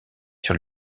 sur